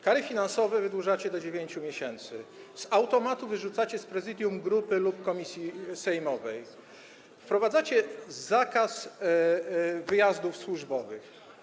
Kary finansowe wydłużacie do 9 miesięcy, z automatu wyrzucacie z prezydium grupy lub komisji sejmowej, wprowadzacie zakaz wyjazdów służbowych.